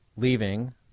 Leaving